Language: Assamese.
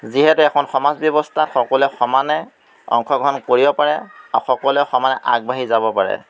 যিহেতু এখন সমাজ ব্যৱস্থা সকলোৱে সমানে অংশগ্ৰহণ কৰিব পাৰে আৰু সকলোৱে সমানে আগবাঢ়ি যাব পাৰে